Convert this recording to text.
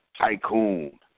tycoon